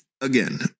Again